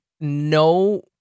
no